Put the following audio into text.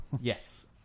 Yes